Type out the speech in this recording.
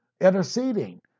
interceding